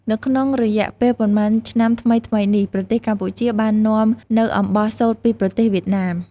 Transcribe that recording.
នៅក្នុងរយៈពេលប៉ុន្មានឆ្នាំថ្មីៗនេះ ប្រទេសកម្ពុជា បាននាំនូវអំបោះសូត្រពីប្រទេសវៀតណាម។